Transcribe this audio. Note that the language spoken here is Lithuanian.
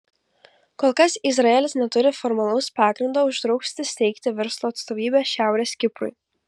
kol kas izraelis neturi formalaus pagrindo uždrausti steigti verslo atstovybę šiaurės kiprui